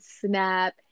snap